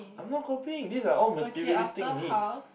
I'm not copying these are all materialistic needs